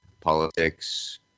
politics